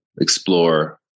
explore